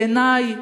בעיני,